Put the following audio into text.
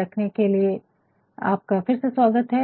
रखने के लिए आपका फिर से स्वागत है